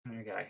Okay